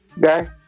guy